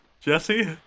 Jesse